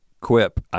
Quip